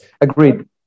Agreed